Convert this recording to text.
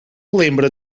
lembra